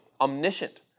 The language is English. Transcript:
omniscient